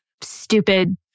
Stupid